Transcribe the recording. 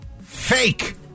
fake